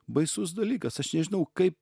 baisus dalykas aš nežinau kaip